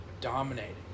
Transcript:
dominating